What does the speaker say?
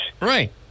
Right